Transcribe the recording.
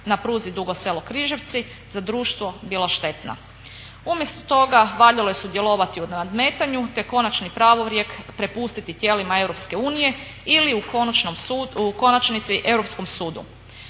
na pruzi Dugo Selo – Križevci za društvo bila štetna. Umjesto toga valjalo je sudjelovati u nadmetanju, te konačni pravorijek prepustiti tijelima EU ili u konačnici